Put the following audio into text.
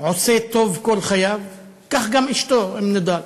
עושה טוב כל חייו, וכך גם אשתו, אום נידאל,